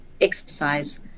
exercise